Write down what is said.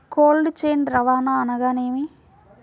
Cold chain రవాణా అనగా నేమి?